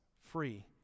free